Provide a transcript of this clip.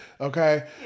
Okay